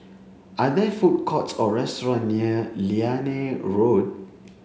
are there food courts or restaurant near Liane Road